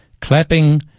clapping